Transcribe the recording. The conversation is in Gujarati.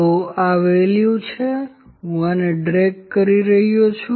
તો આ વેલ્યુ છે અને હું આને ડ્રેગ કરી રહ્યો છું